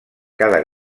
cada